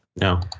No